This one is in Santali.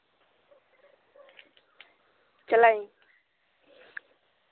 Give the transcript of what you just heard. ᱪᱟᱞᱟᱜ ᱤᱧ